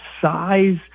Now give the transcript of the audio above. size